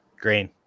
Green